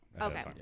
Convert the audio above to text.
Okay